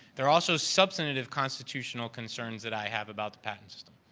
there are also substantive constitutional concerns that i have about the patent system.